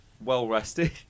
well-rested